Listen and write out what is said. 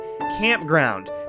campground